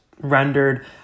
rendered